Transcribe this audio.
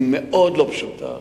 מאוד לא פשוטה.